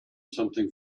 something